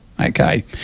Okay